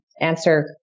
answer